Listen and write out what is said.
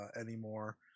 anymore